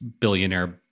billionaire